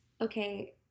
okay